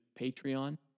patreon